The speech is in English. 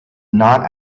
not